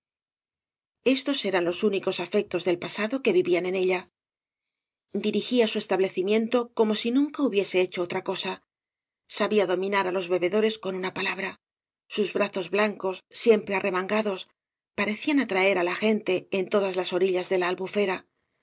estos eran los únicos afectos del pasado que vivían en ella dirigía su establecimiento como si nunca hubiese hecho otra cosa sabía dominar á los bebedores con una palabra sus brazos blancos siempre arremangados parecían atraer á la gente de todas las orillas de la albufera